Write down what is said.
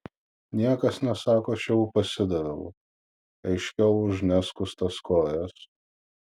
niekas nesako aš jau pasidaviau aiškiau už neskustas kojas